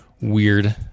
weird